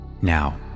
Now